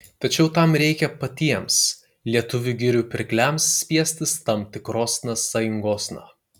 tačiau tam reikia patiems lietuvių girių pirkliams spiestis tam tikrosna sąjungosna